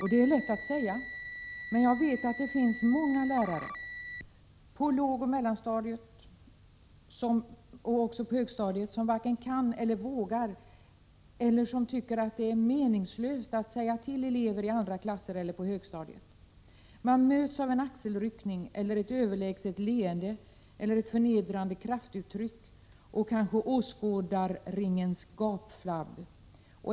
Detta är lätt att säga. Men jag vet att det finns många lärare — på lågoch mellanstadiet och även på högstadiet — som varken kan eller vågar säga till elever i andra klasser. De tycker att det är meningslöst att säga till elever på högstadiet. Lärarna möts av en axelryckning, ett överlägset leende eller ett förnedrande kraftuttryck och kanske av åskådarringens gapflabb.